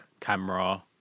camera